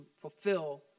fulfill